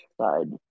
side